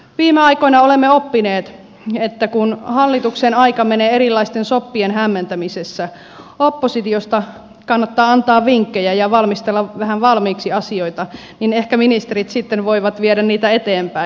viime aikoina olemme oppineet että kun hallituksen aika menee erilaisten soppien hämmentämisessä oppositiosta kannattaa antaa vinkkejä ja valmistella vähän valmiiksi asioita niin ehkä ministerit sitten voivat viedä niitä eteenpäin